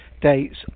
dates